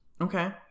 Okay